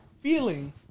feeling